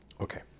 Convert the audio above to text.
Okay